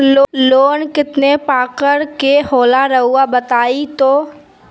Loan कितने पारकर के होला रऊआ बताई तो?